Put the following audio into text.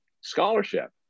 scholarship